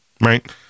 right